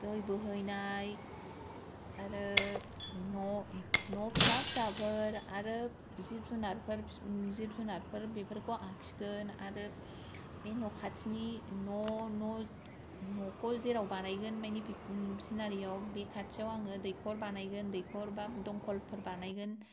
दै बोहैनाय आरो न' न' फिसा फिसाफोर आरो जिब जुनारफोर जिब जुनारफोर बेफोरखौ आखिगोन आरो बे न' खाथिनि न' न' न'खौ जेराव बानायगोन मानि सिनारियाव बे खाथियाव आङो दैखर बानायगोन दैखर बा दमखलफोर बानायगोन